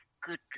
good